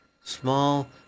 small